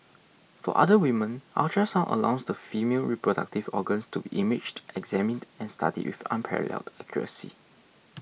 for other women ultrasound allows the female reproductive organs to be imaged examined and studied with unparalleled accuracy